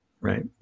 right